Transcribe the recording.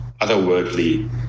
otherworldly